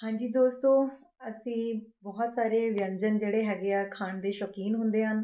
ਹਾਂਜੀ ਦੋਸਤੋ ਅਸੀਂ ਬਹੁਤ ਸਾਰੇ ਵਿਅੰਜਨ ਜਿਹੜੇ ਹੈਗੇ ਆ ਖਾਣ ਦੇ ਸ਼ੌਕੀਨ ਹੁੰਦੇ ਹਨ